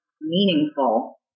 meaningful